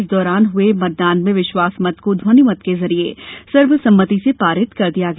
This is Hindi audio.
इस दौरान हुए मतदान में विश्वास मत को ध्वनिमत के जरिए सर्वसम्मति से पारित कर दिया गया